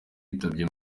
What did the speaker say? yitabye